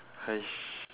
!hais!